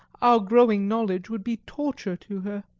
our growing knowledge would be torture to her.